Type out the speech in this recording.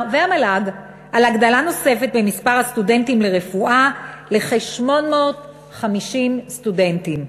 והמל"ג על הגדלה נוספת במספר הסטודנטים לרפואה לכ-850 סטודנטים.